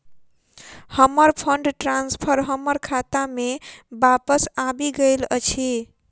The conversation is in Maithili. हमर फंड ट्रांसफर हमर खाता मे बापस आबि गइल अछि